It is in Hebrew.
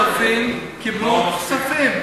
כולם בוועדת הכספים קיבלו כספים.